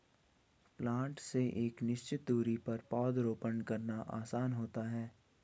planter से एक निश्चित दुरी पर पौधरोपण करना आसान होता है